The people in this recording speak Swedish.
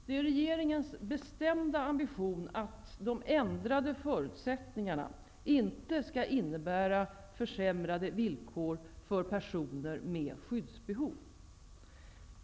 Det är regeringens bestämda ambition att de ändrade förutsättningarna inte skall innebära försämrade villkor för personer med skyddsbehov.